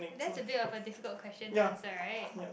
and that's a bit of a difficult question to answer right